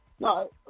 No